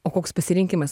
o koks pasirinkimas